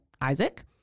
Isaac